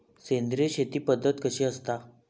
सेंद्रिय शेती पद्धत कशी असता?